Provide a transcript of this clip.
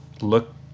look